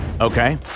Okay